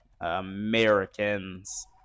Americans